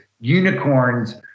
unicorns